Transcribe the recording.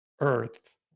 earth